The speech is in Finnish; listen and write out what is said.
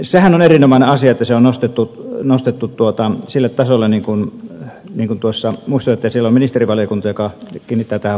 sehän on erinomainen asia että se on nostettu sille tasolle niin kuin muistelen että siellä on ministerivaliokunta joka kiinnittää tähän huomiota